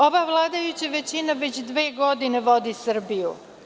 Ova vladajuća većina već dve godine vodi Srbiju.